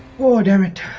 water mage